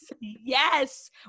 Yes